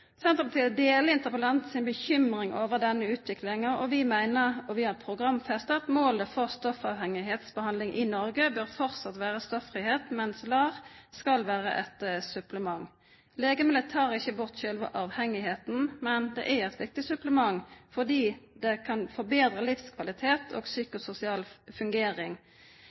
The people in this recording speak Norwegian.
Senterpartiet deler interpellantens bekymring over denne utviklingen. Vi mener og har programfestet at målet for stoffavhengighetsbehandling i Norge fortsatt bør være stoffrihet, mens LAR skal være et supplement. Legemidler tar ikke bort selve avhengigheten, men det er et viktig supplement fordi det kan forbedre livskvaliteten og psykososial fungering.